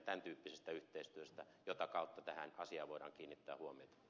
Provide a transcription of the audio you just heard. tämän tyyppisestä yhteistyöstä jota kautta tähän asiaan voidaan kiinnittää huomiota